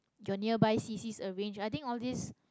your near by c_cs arrange I think all this